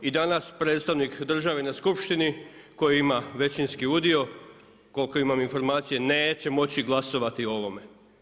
I danas predstavnik države na skupštini koji ima većinski udio koliko imam informacije, neće moći glasovati o ovome.